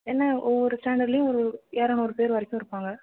என்ன ஒவ்வொரு ஸ்டாண்டர்ட்லேயும் ஒரு இரநூறு பேர் வரைக்கும் இருப்பாங்க